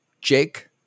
Jake